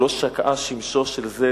שלא שקעה שמשו של זה,